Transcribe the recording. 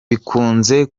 bikunze